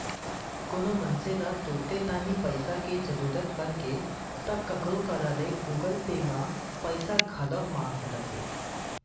कोनो मनसे ल तुरते तांही पइसा के जरूरत परगे ता काखरो करा ले गुगल पे म पइसा घलौक मंगा सकत हे